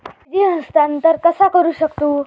निधी हस्तांतर कसा करू शकतू?